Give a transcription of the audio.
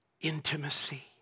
intimacy